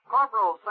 Corporal